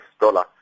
dollar